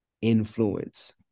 influence